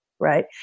Right